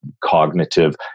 cognitive